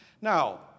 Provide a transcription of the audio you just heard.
Now